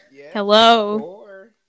Hello